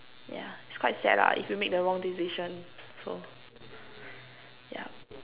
yeah is quite sad lah if you make the wrong decision so yup